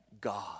God